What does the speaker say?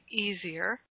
easier